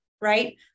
right